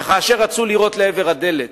וכאשר רצו לירות לעבר הדלת,